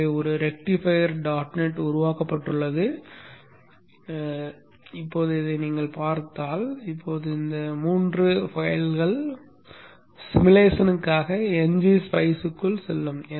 எனவே ஒரு rectifier dot net உருவாக்கப்பட்டுள்ளது என்று நீங்கள் பார்த்தால் இப்போது இந்த 3 கோப்புகள் சிமுலேஷனுக்காக ngSpice க்குள் செல்லும்